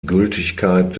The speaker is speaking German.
gültigkeit